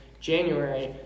January